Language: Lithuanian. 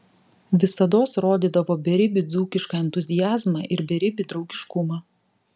visados rodydavo beribį dzūkišką entuziazmą ir beribį draugiškumą